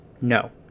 No